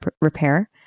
repair